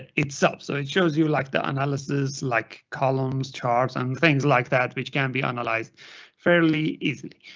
itself, so it shows you like the analysis like columns, charts and things like that which can be analyzed fairly easily.